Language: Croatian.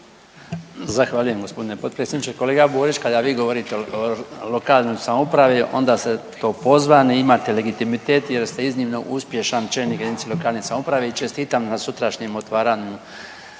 Zahvaljujem g. potpredsjedniče. Kolega Borić, kada vi govorite o lokalnoj samoupravi onda ste na to pozvani, imate legitimitet jer ste iznimno uspješan čelnik JLS i čestitam na sutrašnjem otvaranju